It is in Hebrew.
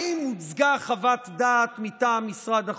האם הוצגה חוות דעת מטעם משרד החוץ.